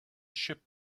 ship